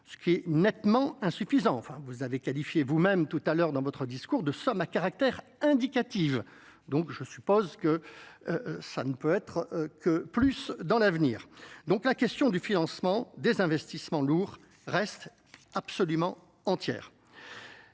quii est nettement insuffisant enfin vous avez qualifié vous tout à l'heure dans votre discours de somme à caractère indicatif donc je suppose que Ça ne peut être que plus dans l'avenir, donc la question du financement des investissements lourds. Absolument entière.